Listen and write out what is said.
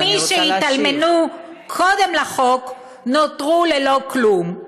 וכל מי שהתאלמנו קודם לחוק נותרו ללא כלום.